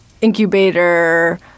incubator